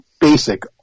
basic